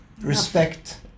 respect